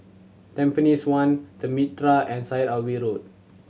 Tampines One The Mitraa and Syed Alwi Road